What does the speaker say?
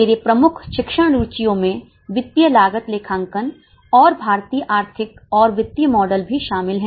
मेरे प्रमुख शिक्षण रुचियों में वित्तीय लागत लेखांकन और भारतीय आर्थिक और वित्तीय मॉडल भी शामिल हैं